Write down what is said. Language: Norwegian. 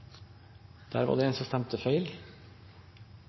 Der var det sikkerheitsvakta som